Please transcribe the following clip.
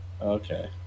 Okay